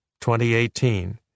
2018